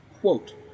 quote